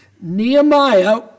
Nehemiah